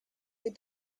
les